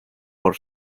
por